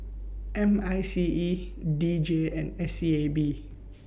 M I C E D J and S E A B